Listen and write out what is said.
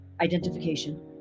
identification